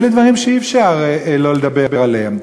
אלה דברים שאי-אפשר שלא לדבר עליהם.